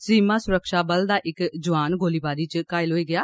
सीमा सुरक्षा बल दा इक जुआन गोलीबारी च घायल होई गेआ